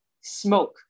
smoke